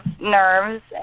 nerves